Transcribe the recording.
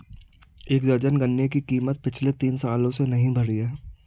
एक दर्जन गन्ने की कीमत पिछले तीन सालों से नही बढ़ी है